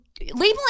labeling